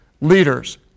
leaders